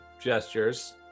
gestures